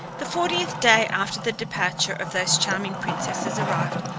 the fortieth day after the departure of those charming princesses arrived,